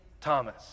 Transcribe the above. Thomas